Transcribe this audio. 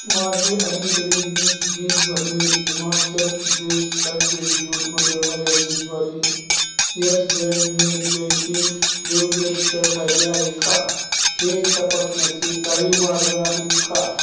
माझे अलीकडे वीज बिल भरणे हिमाचल प्रदेश राज्य विद्युत मंडळ मार्यादीतद्वारे यस बँक नेट बँकिंग योग्यरित्या झाले आहे का हे तपासण्याचे काही मार्ग आहे का